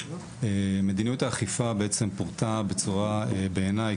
מדיניות האכיפה בעצם פורטה בצורה בעיניי,